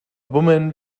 woman